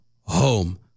home